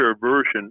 version